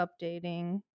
updating